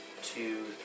two